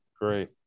Great